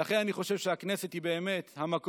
ולכן אני חושב שהכנסת היא באמת המקום